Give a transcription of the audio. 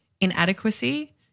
inadequacy